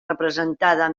representada